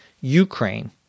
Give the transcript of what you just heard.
Ukraine